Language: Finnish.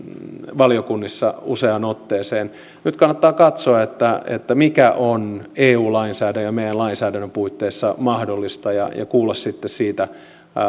valiokunnissa useaan otteeseen nyt kannattaa katsoa mikä on eu lainsäädännön ja meidän lainsäädäntömme puitteissa mahdollista ja ja kuulla sitten siitä